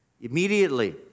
immediately